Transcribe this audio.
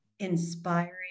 inspiring